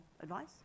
advice